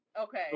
Okay